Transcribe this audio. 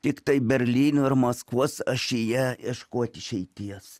tiktai berlyno ir maskvos ašyje ieškot išeities